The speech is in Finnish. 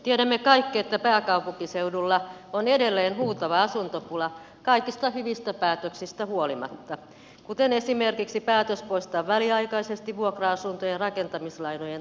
tiedämme kaikki että pääkaupunkiseudulla on edelleen huutava asuntopula kaikista hyvistä päätöksistä huolimatta kuten esimerkiksi päätöksestä poistaa väliaikaisesti vuokra asuntojen rakentamislainojen takausmaksu